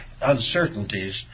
uncertainties